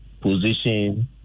position